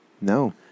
No